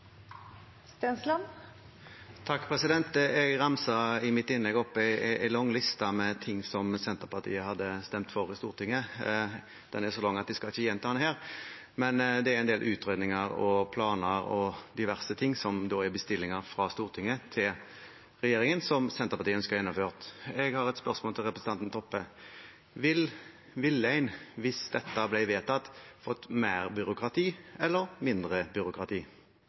i Stortinget. Den er så lang at jeg ikke skal gjenta den her, men det er en del utredninger og planer og diverse ting som er bestillinger fra Stortinget til regjeringen som Senterpartiet ønsker å gjennomføre. Jeg har et spørsmål til representanten Toppe: Ville en, hvis dette ble vedtatt, fått mer byråkrati eller mindre byråkrati?